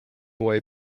boy